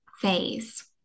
phase